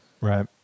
right